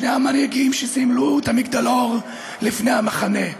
שני המנהיגים שסימנו את המגדלור לפני המחנה.